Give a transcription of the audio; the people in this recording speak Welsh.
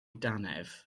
dannedd